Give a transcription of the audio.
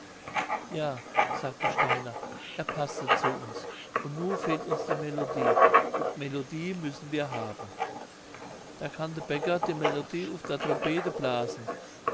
ja sagte steiner er paßte zu uns und nu fehlt uns die melodie und melodie müssen wir haben da gann der päcker die melodie uff der drombede plasen